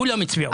כולם הצביעו.